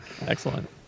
Excellent